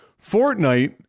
Fortnite